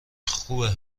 خوبه